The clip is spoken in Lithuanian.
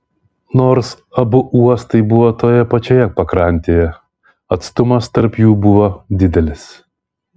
nors abu uostai buvo toje pačioje pakrantėje atstumas tarp jų buvo didelis